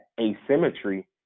asymmetry